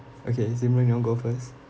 okay simeon you want go first